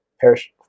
perish